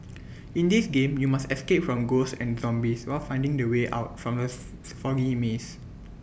in this game you must escape from ghosts and zombies while finding the way out from the foggy maze